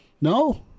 no